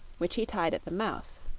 which he tied at the mouth.